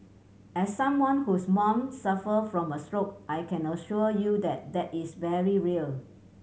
as someone whose mom suffered from a stroke I can assure you that that is very real